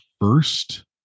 first